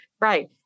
Right